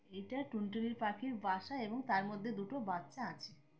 এটা টুনটুনির পাখির বাসা এবং তার মধ্যে দুটো বাচ্চা আছে